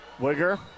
Wigger